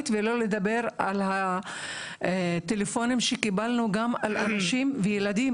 ולא לדבר על הטלפונים שקיבלנו גם על אנשים וילדים